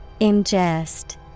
Ingest